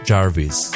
Jarvis